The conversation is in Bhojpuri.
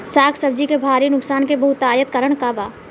साग सब्जी के भारी नुकसान के बहुतायत कारण का बा?